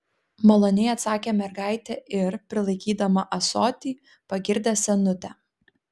maloniai atsakė mergaitė ir prilaikydama ąsotį pagirdė senutę